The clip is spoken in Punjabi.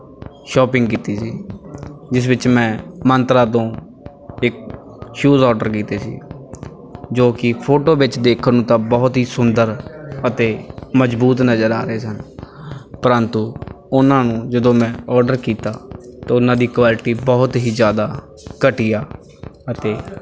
ਸ਼ੋਪਿੰਗ ਕੀਤੀ ਸੀ ਜਿਸ ਵਿੱਚ ਮੈਂ ਮੰਤਰਾ ਤੋਂ ਇੱਕ ਸ਼ੂਜ ਔਡਰ ਕੀਤੇ ਸੀ ਜੋ ਕਿ ਫੋਟੋ ਵਿੱਚ ਦੇਖਣ ਨੂੰ ਤਾਂ ਬਹੁਤ ਹੀ ਸੁੰਦਰ ਅਤੇ ਮਜ਼ਬੂਤ ਨਜ਼ਰ ਆ ਰਹੇ ਸਨ ਪਰੰਤੂ ਉਹਨਾਂ ਨੂੰ ਜਦੋਂ ਮੈਂ ਔਡਰ ਕੀਤਾ ਤਾਂ ਉਹਨਾਂ ਦੀ ਕੁਆਲਿਟੀ ਬਹੁਤ ਹੀ ਜ਼ਿਆਦਾ ਘਟੀਆ ਅਤੇ